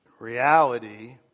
Reality